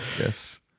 Yes